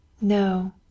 No